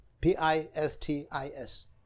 P-I-S-T-I-S